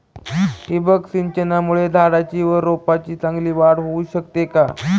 ठिबक सिंचनामुळे झाडाची व रोपांची चांगली वाढ होऊ शकते का?